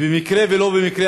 במקרה או לא במקרה,